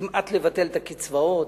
כמעט לבטל את הקצבאות.